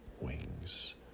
wings